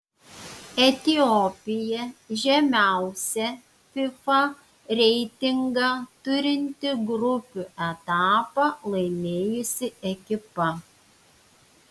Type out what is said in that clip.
etiopija žemiausią fifa reitingą turinti grupių etapą laimėjusi ekipa